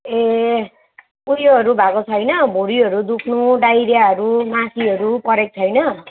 ए उयोहरू भएको छैन भुँडीहरू दुख्नु डाइरियाहरू मासीहरू परेको छैन